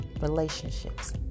relationships